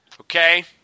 Okay